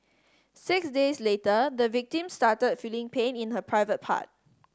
six days later the victim started feeling pain in her private part